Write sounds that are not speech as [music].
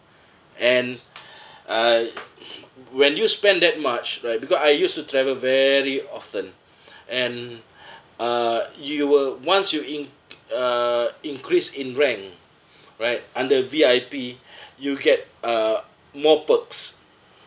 and [breath] uh when you spend that much right because I used to travel very often [breath] and [breath] uh you will once you inc~ uh increase in rank right under V_I_P [breath] you'll get uh more perks